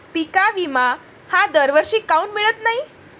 पिका विमा हा दरवर्षी काऊन मिळत न्हाई?